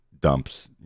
dumps